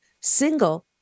single